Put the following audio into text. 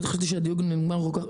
לא חשבתי שהדיון נגמר כל כך מהר.